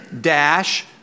dash